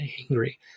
angry